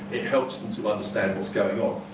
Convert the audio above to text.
it helps them to understand what is going on.